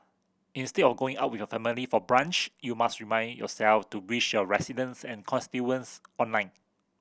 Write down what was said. instead of going out with your family for brunch you must remind yourself to wish your residents and constituents online